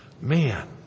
man